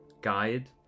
guide